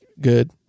good